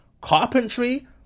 carpentry